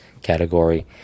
category